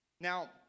Now